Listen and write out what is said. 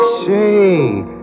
see